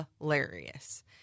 hilarious